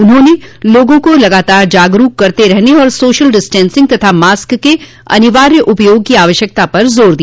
उन्होंने लोगों को लगातार जागरूक करते रहने और सोशल डिस्टेंसिंग तथा मास्क के अनिवार्य उपयोग की आवश्यकता पर जोर दिया